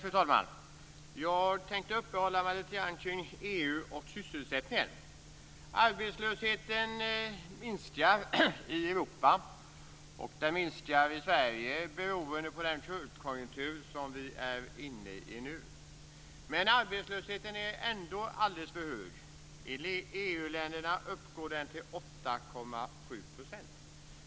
Fru talman! Jag tänkte uppehålla mig lite grann kring EU och sysselsättningen. Arbetslösheten minskar i Europa och i Sverige beroende på den högkonjunktur som vi nu är inne i. Men arbetslösheten är ändå alldeles för hög. I EU-länderna uppgår den till 8,7 %.